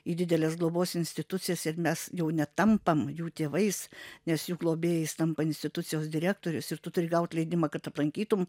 į dideles globos institucijas ir mes jau netampam jų tėvais nes jų globėjais tampa institucijos direktorius ir tu turi gaut leidimą kad aplankytum